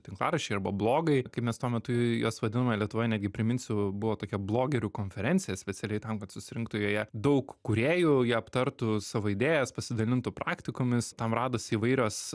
tinklaraščiai arba blogai kaip mes tuo metu juos vadinome lietuvoje netgi priminsiu buvo tokia blogerių konferencija specialiai tam kad susirinktų joje daug kūrėjų jie aptartų savo idėjas pasidalintų praktikomis tam radosi įvairios